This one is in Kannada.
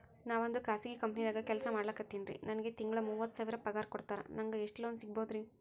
ನಾವೊಂದು ಖಾಸಗಿ ಕಂಪನಿದಾಗ ಕೆಲ್ಸ ಮಾಡ್ಲಿಕತ್ತಿನ್ರಿ, ನನಗೆ ತಿಂಗಳ ಮೂವತ್ತು ಸಾವಿರ ಪಗಾರ್ ಕೊಡ್ತಾರ, ನಂಗ್ ಎಷ್ಟು ಲೋನ್ ಸಿಗಬೋದ ರಿ?